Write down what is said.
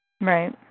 Right